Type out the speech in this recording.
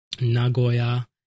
Nagoya